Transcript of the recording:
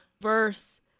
verse